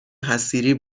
حصیری